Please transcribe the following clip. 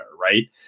Right